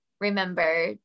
remember